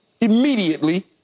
immediately